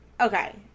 okay